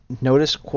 notice